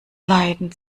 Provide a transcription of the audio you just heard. leiden